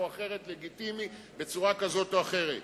או אחרת לגיטימי בצורה כזאת או אחרת,